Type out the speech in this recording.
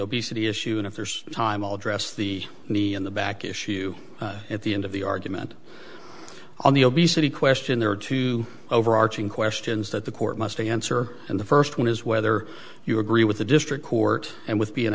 obesity issue and if there's time i'll dress the knee in the back issue at the end of the argument on the obesity question there are two overarching questions that the court must answer and the first one is whether you agree with the district court and w